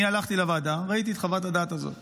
אני הלכתי לוועדה, ראיתי את חוות הדעת הזאת